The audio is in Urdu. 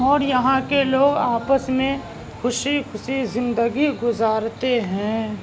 اور یہاں کے لوگ آپس میں خوشی خوشی زندگی گذارتے ہیں